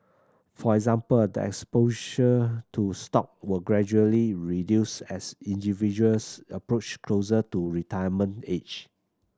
for example a exposure to stock will gradually reduce as individuals approach closer to retirement age